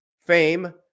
fame